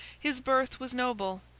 his birth was noble,